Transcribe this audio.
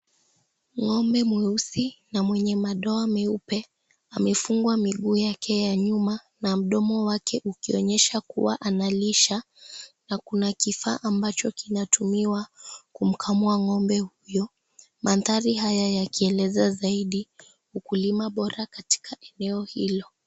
Ngombe mweusi na mwenye madoa meupe amefungwa miguu yake ya nyuma na mdomo wake ukionyesha kuwa analisha na kuna kifaa ambacho kinatumiwa kumkamua ngombe huyo. Mandhari haya yakielezea zaidi ukulima bora katika eneo hilo.